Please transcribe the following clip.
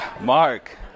Mark